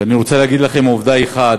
ואני רוצה להגיד לכם עובדה אחת: